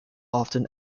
often